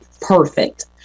perfect